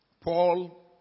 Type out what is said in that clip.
Paul